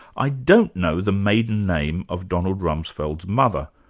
i don't know the maiden name of donald rumsfeld's mother,